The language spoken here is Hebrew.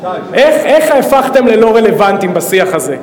איך הפכתם ללא רלוונטיים בשיח הזה.